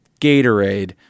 Gatorade